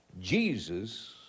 Jesus